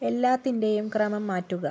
എല്ലാത്തിന്റെയും ക്രമം മാറ്റുക